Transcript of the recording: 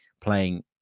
playing